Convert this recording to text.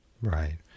Right